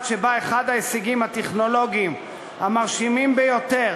שבה אחד ההישגים הטכנולוגיים המרשימים ביותר,